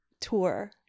tour